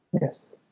Yes